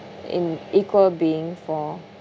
in equal being for